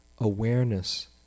awareness